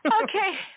Okay